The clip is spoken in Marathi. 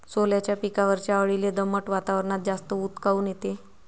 सोल्याच्या पिकावरच्या अळीले दमट वातावरनात जास्त ऊत काऊन येते?